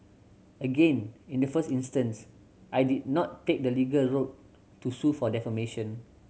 again in the first instance I did not take the legal route to sue for defamation